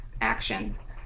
actions